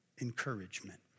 encouragement